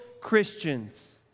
Christians